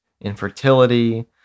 infertility